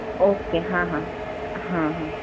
okay હા હા હા હા